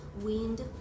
wind